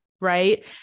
right